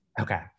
Okay